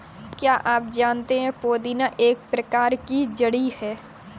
क्या आप जानते है पुदीना एक प्रकार की जड़ी है